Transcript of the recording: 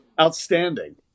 Outstanding